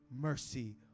mercy